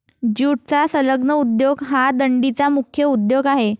ज्यूटचा संलग्न उद्योग हा डंडीचा मुख्य उद्योग आहे